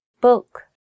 Book